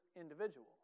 individual